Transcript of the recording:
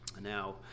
Now